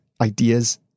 ideas